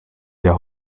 der